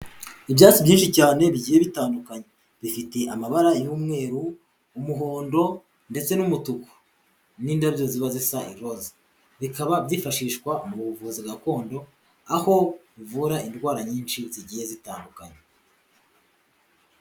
Ibyatsi byinshi cyane bigiye bitandukanye bifite amabara y'umweru umuhondo ndetse n'umutuku, n'indabyo ziba zisa iroze, bikaba byifashishwa mu buvuzi gakondo aho buvura indwara nyinshi zigiye zitandukanye.